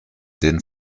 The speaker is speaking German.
den